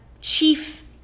chief